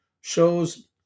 shows